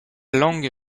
langue